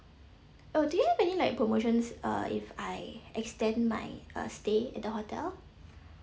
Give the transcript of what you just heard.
oh do you have any like promotions uh if I extend my uh stay at the hotel